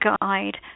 guide